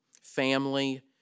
family